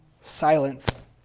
Silence